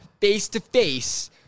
face-to-face